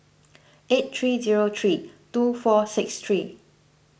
eight three zero three two four six three